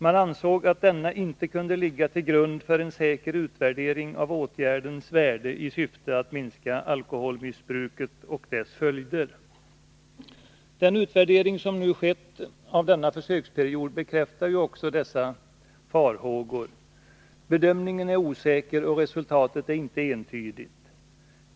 Man ansåg att den inte kunde ligga till grund för en säker utvärdering av åtgärdens värde för syftet att minska alkoholmissbruket och dess följder. Den utvärdering som nu har skett bekräftar också de farhågorna. Bedömningen är osäker och resultatet inte entydigt.